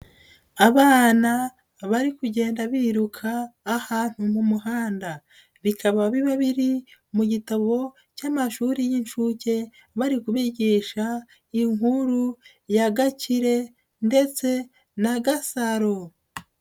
Abana bari kugenda biruka ahantu mu muhanda. Bikaba biba biri mu gitabo cy'amashuri y'inshuke, bari kubigisha inkuru ya Gakire ndetse na Gasaro.